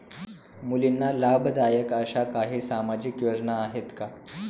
मुलींना लाभदायक अशा काही सामाजिक योजना आहेत का?